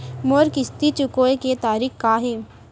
मोर किस्ती चुकोय के तारीक का हे?